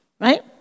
right